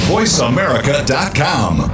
VoiceAmerica.com